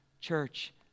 Church